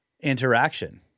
interaction